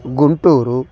Guntur